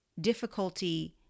difficulty